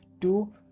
two